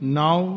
now